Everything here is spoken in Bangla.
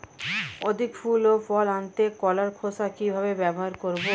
অধিক ফুল ও ফল আনতে কলার খোসা কিভাবে ব্যবহার করব?